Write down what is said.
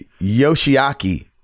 Yoshiaki